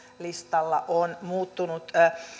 listalla on muuttunut